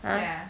!huh!